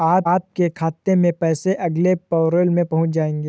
आपके खाते में पैसे अगले पैरोल में पहुँच जाएंगे